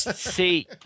see